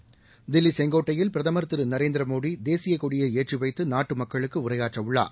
் தில்லி கெங்கோட்டையில் பிரதமர் திரு நரேந்திர மோடி தேசியக் கொடியை ஏற்றிவைத்து நாட்டு மக்களுக்கு உரையாற்ற உள்ளார்